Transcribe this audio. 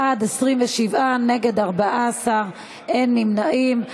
בעד, 27, נגד, 14, אין נמנעים.